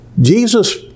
Jesus